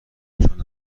چون